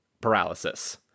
paralysis